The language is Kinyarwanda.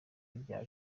ibya